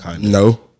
No